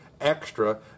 extra